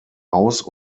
aus